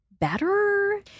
better